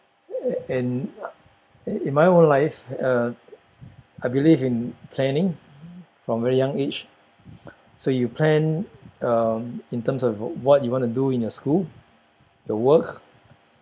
and in my whole life uh I believe in planning from very young age so you plan um in terms of what you want to do in your school your work